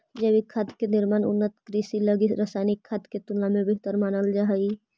जैविक खाद के निर्माण उन्नत कृषि लगी रासायनिक खाद के तुलना में बेहतर मानल जा हइ